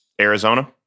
Arizona